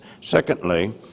Secondly